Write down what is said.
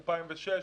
2006,